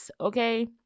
okay